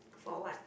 for what